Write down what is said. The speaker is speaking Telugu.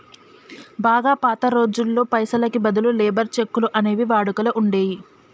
బాగా పాత రోజుల్లో పైసలకి బదులు లేబర్ చెక్కులు అనేవి వాడుకలో ఉండేయ్యి